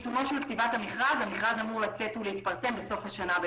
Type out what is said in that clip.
המכרז אמור לצאת ולהתפרסם בסוף השנה.